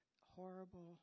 horrible